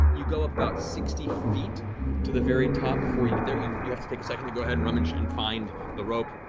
you go up about sixty feet to the very top before you get there. you you have to take a second to go ahead and rummage and find the rope.